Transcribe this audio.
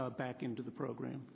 back into the program